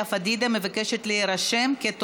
בעד, 33 חברי כנסת, 41 מתנגדים, אין נמנעים.